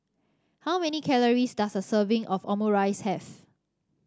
how many calories does a serving of Omurice have